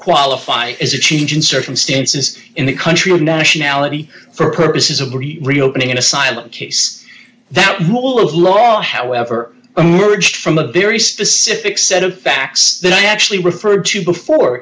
qualify as a change in circumstances in the country or nationality for purposes of reopening in a silent case that mall of law however emerged from a very specific set of facts that i actually referred to before